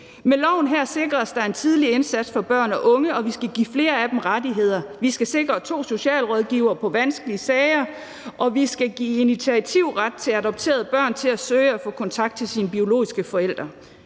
Med loven her sikres der en tidlig indsats for børn og unge, og vi skal give dem flere rettigheder. Vi skal sikre, at der er to socialrådgivere på vanskelige sager, og vi skal give initiativret til adopterede børn til at søge at få kontakt til deres biologiske forældre.